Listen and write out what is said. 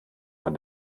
von